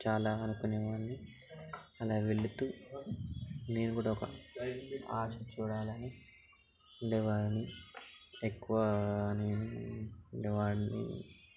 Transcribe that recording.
చాలా అనుకునేవాడిని అలా వెళుతూ నేను కూడా ఒక ఆశ చూడాలని ఉండేవాడిని ఎక్కువ నేను ఉండేవాడిని